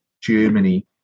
Germany